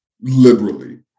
liberally